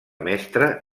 mestra